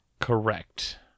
Correct